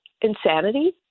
Insanity